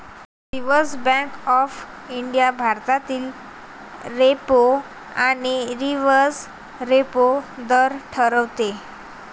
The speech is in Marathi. रिझर्व्ह बँक ऑफ इंडिया भारतातील रेपो आणि रिव्हर्स रेपो दर ठरवते